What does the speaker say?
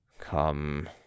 Come